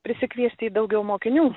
prisikviesti daugiau mokinių